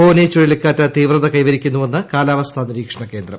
ഫോനി ചുഴലിക്കാറ്റ് തീവ്രത കൈവരിക്കുന്നുവെന്ന് കാലാവസ്ഥാ നിരീക്ഷണകേന്ദ്രം